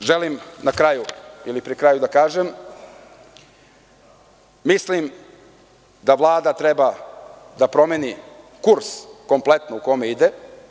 Ono što želim na kraju, ili pri kraju da kažem, mislim da Vlada treba da promeni kurs kompletno u kome ide.